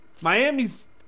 Miami's